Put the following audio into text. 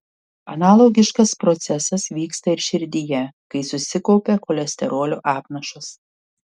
analogiškas procesas vyksta ir širdyje kai susikaupia cholesterolio apnašos